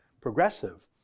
progressive